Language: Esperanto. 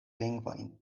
lingvojn